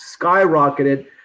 skyrocketed